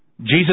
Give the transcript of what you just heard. Jesus